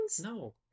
No